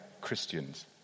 Christians